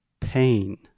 Pain